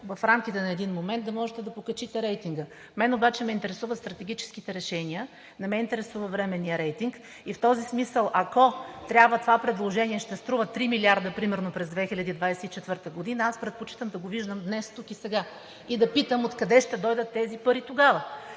в рамките на един момент да можете да покачите рейтинга. Мен обаче ме интересуват стратегическите решения, не ме интересува временният рейтинг и в този смисъл, ако трябва това предложение – ще струва 3 милиарда примерно през 2024 г., аз предпочитам да го виждам днес, тук и сега, да питам откъде ще дойдат тези пари тогава